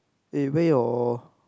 eh where your